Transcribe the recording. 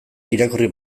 irakurri